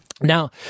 Now